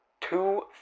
two